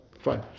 Fine